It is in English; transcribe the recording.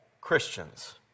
Christians